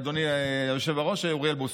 אדוני היושב-ראש אוריאל בוסו,